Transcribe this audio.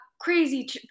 crazy